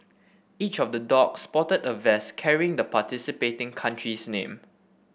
each of the dog sported a vest carrying the participating country's name